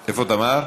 תמר,